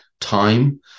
time